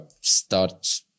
start